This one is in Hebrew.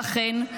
ואכן,